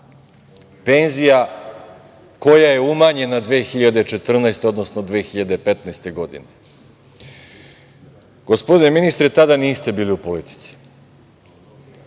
penzija, koja je umanjena 2014, odnosno 2015. godine. Gospodine ministre, tada niste bili u politici,